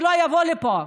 שלא תבוא לפה.